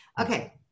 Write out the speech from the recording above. Okay